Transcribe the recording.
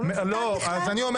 לא מפותל בכלל.